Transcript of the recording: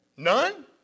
None